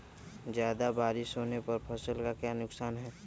ज्यादा बारिस होने पर फसल का क्या नुकसान है?